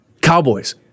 Cowboys